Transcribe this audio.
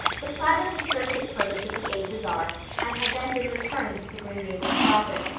the platter had served its purpose at the aid bazaar and had then been returned to the green gables closet,